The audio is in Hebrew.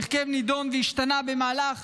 ההרכב נדון והשתנה במהלך